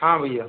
हाँ भैया